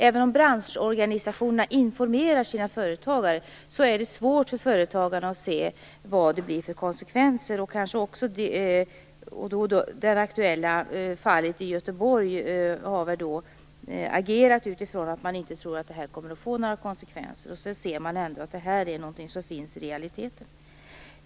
Även om branschorganisationerna informerar sina företagare är det svårt för företagarna att se vilka konsekvenserna blir. I det aktuella fallet i Göteborg har man väl agerat utifrån att man inte tror att det kommer att få några konsekvenser. Sedan ser man att detta är något som finns i realiteten.